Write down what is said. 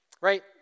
right